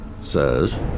Says